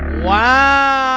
wow.